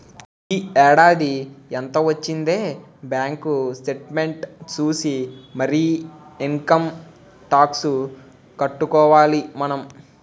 ఈ ఏడాది ఎంత వొచ్చిందే బాంకు సేట్మెంట్ సూసి మరీ ఇంకమ్ టాక్సు కట్టుకోవాలి మనం